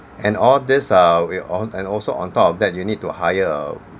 and all this uh it all and also on top of that you need to hire a